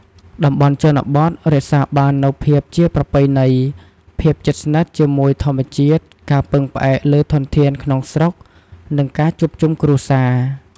តំបន់ជនបទរក្សាបាននូវភាពជាប្រពៃណី ភាពជិតស្និទ្ធជាមួយធម្មជាតិ ការពឹងផ្អែកលើធនធានក្នុងស្រុក និងការជួបជុំគ្រួសារ។